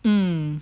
mm